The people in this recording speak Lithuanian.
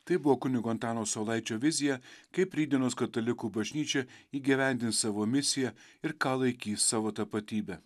tai buvo kunigo antano saulaičio vizija kaip rytdienos katalikų bažnyčia įgyvendins savo misiją ir ką laikys savo tapatybe